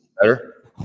Better